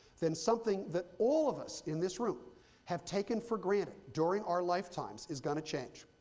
then something that all of us in this room have taken for granted during our lifetimes is going to change.